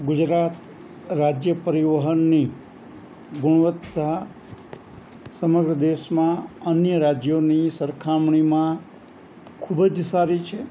ગુજરાત રાજ્ય પરિવહનની ગુણવત્તા સમગ્ર દેશમાં અન્ય રાજ્યોની સરખામણીમાં ખૂબ જ સારી છે